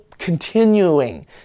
continuing